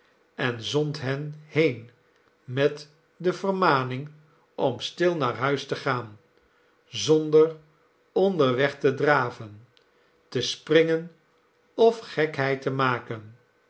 en zond hen heen met de vermaning om stil naar huis te gaan zonder onderweg te draven te springen of gekheid te maken